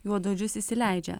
juodaodžius įsileidžia